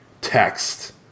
text